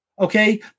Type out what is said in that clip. Okay